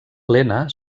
lena